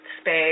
space